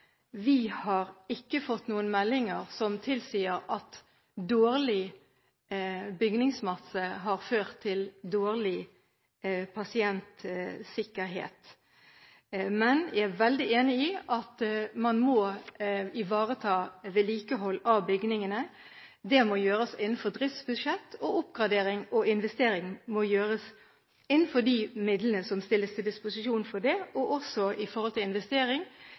vi har ikke fått noen meldinger som tilsier at dårlig bygningsmasse har ført til dårlig pasientsikkerhet, men jeg er veldig enig i at man må ivareta vedlikehold av bygningene. Det må gjøres innenfor driftsbudsjett. Oppgradering og investering må gjøres innenfor de midlene som stilles til disposisjon for det – og når det gjelder investering, innenfor de lånebeløp som stilles til